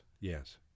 yes